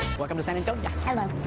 welcome to san antonio. hello.